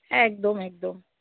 একদম একদম